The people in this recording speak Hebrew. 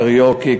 קריוקי,